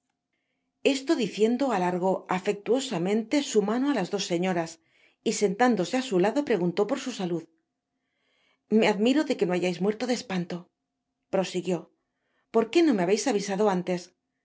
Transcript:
esto diciendo alargó afectuosamente su mano á las dos señoras y sentándose á su lado preguntó por su salud me admiro de que no hayáis muerto de espanto prosiguió parqué no me habeis avisado antes